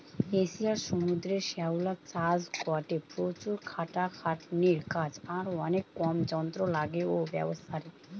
এশিয়ার সমুদ্রের শ্যাওলা চাষ গটে প্রচুর খাটাখাটনির কাজ আর অনেক কম যন্ত্র লাগে ঔ ব্যাবসারে